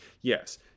Yes